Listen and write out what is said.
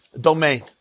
domain